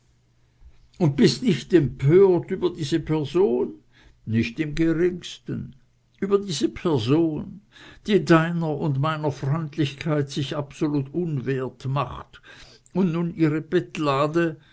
und bist nicht empört über diese person nicht im geringsten über diese person die deiner und meiner freundlichkeit sich absolut unwert macht und nun ihre bettlade